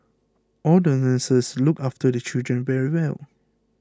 all the nurses look after the children very well